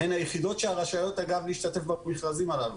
הן היחידות שרשאיות להשתתף במכרזים הללו.